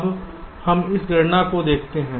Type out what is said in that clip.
अब हम इस गणना को देखते हैं